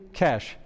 cash